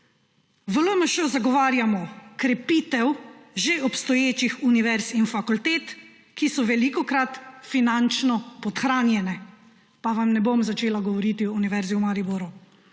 V LMŠ zagovarjamo krepitev že obstoječih univerz in fakultet, ki so velikokrat finančno podhranjene. Pa vam ne bom začela govoriti o Univerzi v Mariboru.